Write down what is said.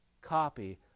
copy